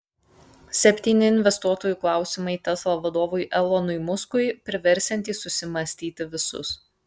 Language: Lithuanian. septyni investuotojų klausimai tesla vadovui elonui muskui priversiantys susimąstyti visus